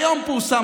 היום פורסם,